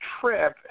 trip